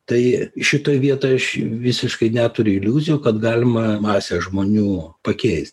tai šitoj vietoj aš visiškai neturiu iliuzijų kad galima masę žmonių pakeist